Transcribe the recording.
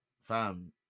Fam